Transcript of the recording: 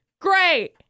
Great